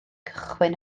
cychwyn